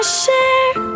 share